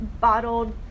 bottled